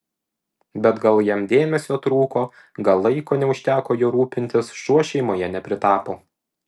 bet gal jam dėmesio trūko gal laiko neužteko juo rūpintis šuo šeimoje nepritapo